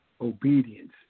obedience